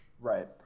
Right